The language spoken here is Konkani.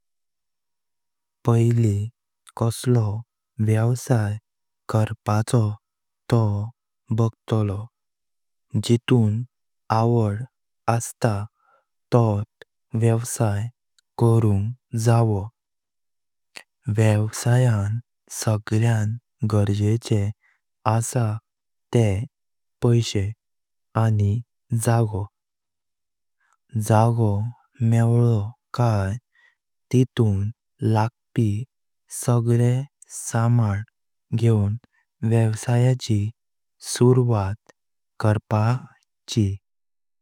पहिली कसली व्यवसाय करपाचो तोह बगतालो, जितून आवड अस्तां तोंत व्यवसाय करुंग जावो। व्यवसायान सगळ्यान गरजेचे असा तेह पैसे आनी जागो। जागो मेवलो काई तितून लागपी सगळे सामान घेऊन व्यवसायची सुरवात करपाची।